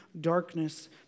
darkness